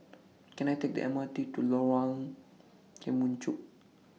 Can I Take The M R T to Lorong Kemunchup